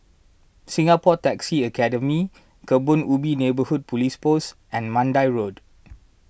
Singapore Taxi Academy Kebun Ubi Neighbourhood Police Post and Mandai Road